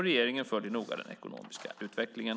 Regeringen följer noga den ekonomiska utvecklingen.